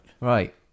Right